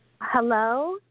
Hello